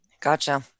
Gotcha